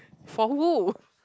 for who